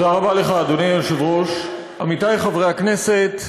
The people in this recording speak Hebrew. אדוני היושב-ראש, תודה רבה לך, עמיתי חברי הכנסת,